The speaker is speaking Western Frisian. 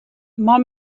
mei